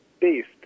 based